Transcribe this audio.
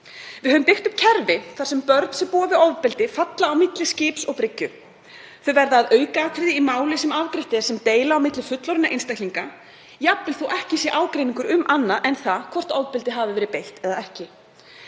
Við höfum byggt upp kerfi þar sem börn sem búa við ofbeldi falla á milli skips og bryggju. Þau verða að aukaatriði í máli sem afgreitt er sem deila á milli fullorðinna einstaklinga jafnvel þó að ekki sé ágreiningur um annað en það hvort ofbeldi hafi verið beitt eða ekki.